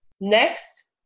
Next